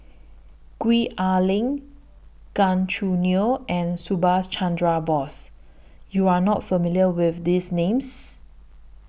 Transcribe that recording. Gwee Ah Leng Gan Choo Neo and Subhas Chandra Bose YOU Are not familiar with These Names